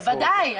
בוודאי.